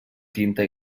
tinta